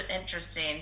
interesting